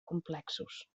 complexos